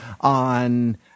on